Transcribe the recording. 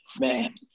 Man